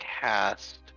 cast